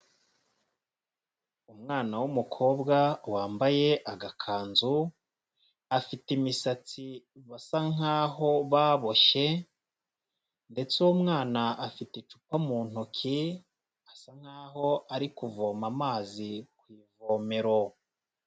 Umwana w'umukobwa wambaye agakanzu, afite imisatsi basa nk'aho baboshye ndetse uwo mwana afite icupa mu ntoki, asa nk'aho ari kuvoma amazi ku ivomero.